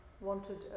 wanted